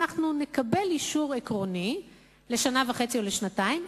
אנחנו נקבל אישור עקרוני לשנה וחצי או לשנתיים,